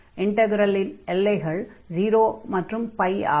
இன்டக்ரலின் எல்லைகள் 0 மற்றும் ஆகும்